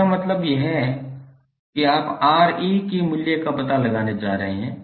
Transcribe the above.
इसका मतलब यह है कि आप Ra के मूल्य का पता लगाने जा रहे हैं